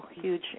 huge